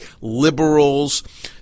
liberals